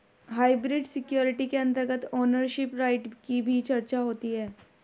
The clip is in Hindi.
हाइब्रिड सिक्योरिटी के अंतर्गत ओनरशिप राइट की भी चर्चा होती है